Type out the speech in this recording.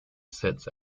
sits